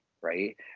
right